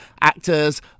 actors